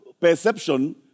perception